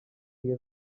dia